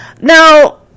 Now